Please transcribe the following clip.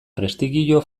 prestigio